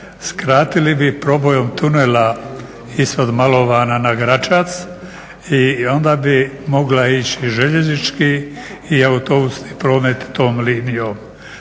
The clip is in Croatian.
Skratili bi probojem tunela ispod Malovana na Gračac i onda bi mogla ići željeznički i autobusni promet tom linijom.